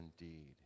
indeed